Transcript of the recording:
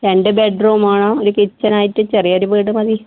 രണ്ട് ബെഡ്റൂം വേണം ചെറിയ കിച്ചൻ ആയിട്ട് ചെറിയൊരു വീട് മതി